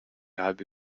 halbe